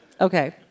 Okay